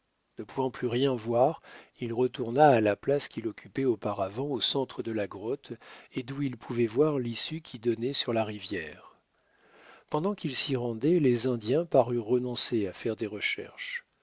ne pouvant plus rien voir il retourna à la place qu'il occupait auparavant au centre de la grotte et d'où il pouvait voir l'issue qui donnait sur la rivière pendant qu'il s'y rendait les indiens parurent renoncer à faire des recherches